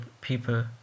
people